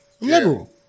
Liberal